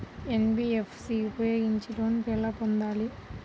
NBFC ఉపయోగించి loan ఎలా పొందాలి?